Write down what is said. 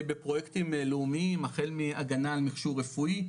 בפרויקטים לאומים, החל מהגנה על מכשור רפואי,